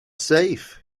safe